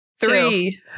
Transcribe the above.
three